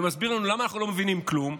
והוא מסביר לנו למה אנחנו לא מבינים כלום,